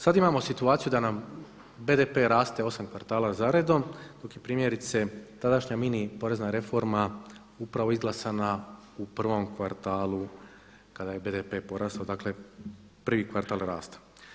Sad imamo situaciju da nam BDP raste 8 kvartala zaredom, dok je primjerice tadašnja mini porezna reforma upravo izglasana u prvom kvartalu kada je BDP porastao, dakle prvi kvartal rastao.